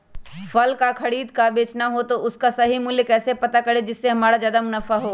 फल का खरीद का बेचना हो तो उसका सही मूल्य कैसे पता करें जिससे हमारा ज्याद मुनाफा हो?